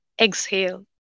exhale